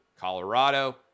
Colorado